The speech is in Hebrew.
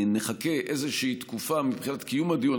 שנחכה איזושהי תקופה מבחינת קיום הדיון,